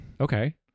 Okay